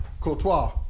Courtois